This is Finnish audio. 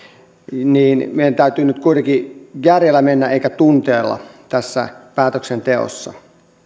meidän täytyy nyt kuitenkin mennä järjellä eikä tunteella tässä päätöksenteossa